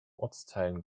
ortsteilen